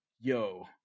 yo